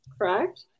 correct